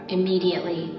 Immediately